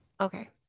Okay